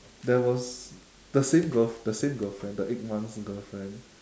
there was the same girl~ the same girlfriend the eight months girlfriend